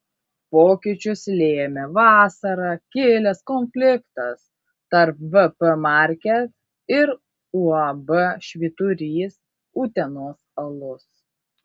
pokyčius lėmė vasarą kilęs konfliktas tarp vp market ir uab švyturys utenos alus